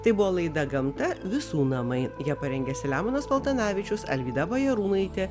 tai buvo laida gamta visų namai ją parengė selemonas paltanavičius alvyda bajarūnaitė